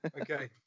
Okay